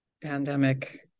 pandemic